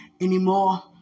anymore